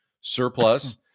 surplus